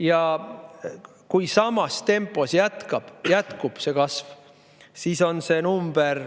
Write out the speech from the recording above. Ja kui samas tempos jätkub see kasv, siis on see number